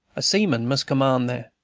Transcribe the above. a seaman must command there.